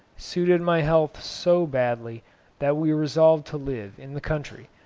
suited my health so badly that we resolved to live in the country,